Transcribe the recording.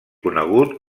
conegut